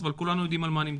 כולם יודעים על מה אני מדבר: